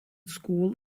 school